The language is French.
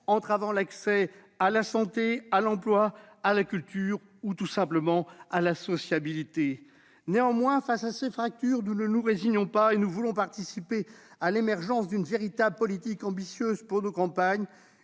entrave l'accès à la santé, à l'emploi, à la culture ou tout simplement à la sociabilité. Néanmoins, face à ces fractures, nous ne nous résignons pas et nous voulons participer à l'émergence d'une politique véritablement ambitieuse pour les campagnes.